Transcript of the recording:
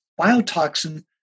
biotoxin